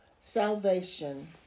salvation